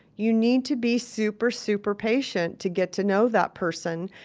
you need to be super super patient to get to know that person.